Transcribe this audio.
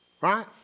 Right